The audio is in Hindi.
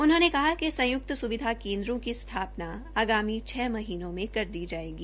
उन्होंने कहा कि संयुक्त सुविधा केन्द्रों को स्थापना आगामी छह महीनों में कर दी जायेगी